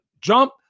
jump